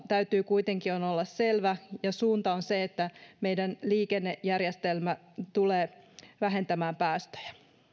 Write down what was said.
täytyy kuitenkin olla selvä ja suunta on se että meidän liikennejärjestelmämme tulee vähentämään päästöjä